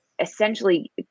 essentially